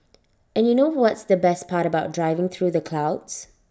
and you know what's the best part about driving through the clouds